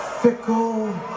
fickle